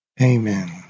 Amen